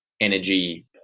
energy